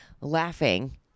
laughing